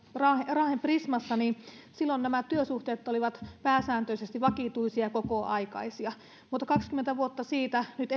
raahen prismassa silloin nämä työsuhteet olivat pääsääntöisesti vakituisia ja kokoaikaisia mutta kaksikymmentä vuotta siitä nyt